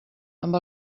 amb